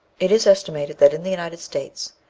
it is estimated that in the united states,